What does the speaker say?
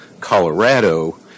Colorado